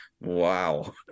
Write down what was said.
wow